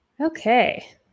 Okay